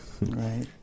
Right